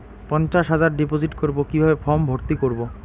পঞ্চাশ হাজার ডিপোজিট করবো কিভাবে ফর্ম ভর্তি করবো?